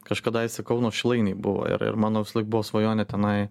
kažkadaise kauno šilainiai buvo ir ir mano visąlaik buvo svajonė tenai